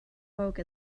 poke